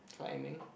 climbing